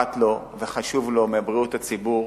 אכפת לו, חשובה לו בריאות הציבור,